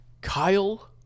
Kyle